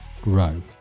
grow